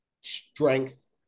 strength